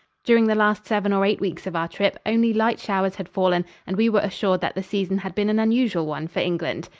during the last seven or eight weeks of our trip, only light showers had fallen and we were assured that the season had been an unusual one for england.